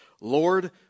Lord